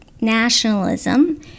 nationalism